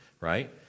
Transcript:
right